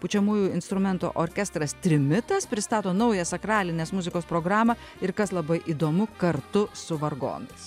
pučiamųjų instrumentų orkestras trimitas pristato naują sakralinės muzikos programą ir kas labai įdomu kartu su vargonais